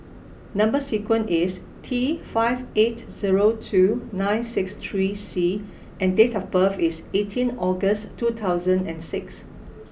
number sequence is T five eight zero two nine six three C and date of birth is eighteen August two thousand and six